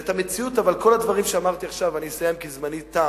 אני אסיים, כי זמני תם,